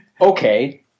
okay